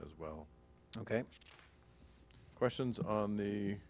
as well ok questions on the